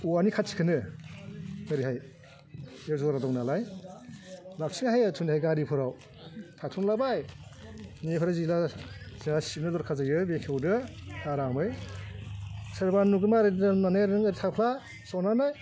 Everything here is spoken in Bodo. औवानि खाथिखौनो ओरैहाय बे जरा दं नालाय लाबथिंनो हायो थुनैहाय गारिफोराव थाथनलाबाय बिनिफ्राय जेला जोंहा सिबनो दरखार जायो बेखेवदो आरामै सोरबा नुगोनबा ओरै दोन्नानै नों ओरै थाफ्ला जनानै